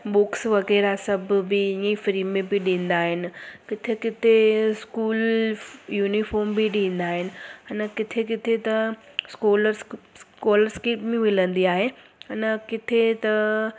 books वग़ैरह सभु बि ईअं फ्री में बि ॾींदा आहिनि किथे किथे स्कूल यूनिफॉर्म बि ॾींदा आहिनि हिन किथे किथे त स्कोल स्कॉलस्किप बि मिलंदी आहे हिन किथे त